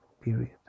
period